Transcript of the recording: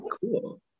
cool